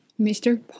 Mr